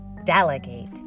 delegate